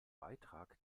beitrag